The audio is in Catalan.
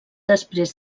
després